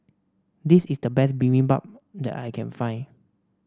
this is the best Bibimbap that I can find